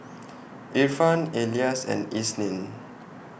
Irfan Elyas and Isnin